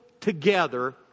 together